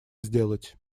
сделать